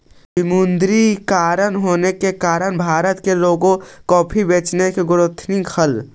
विमुद्रीकरण होने के कारण भारत के लोग काफी बेचेन हो गेलथिन हल